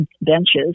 benches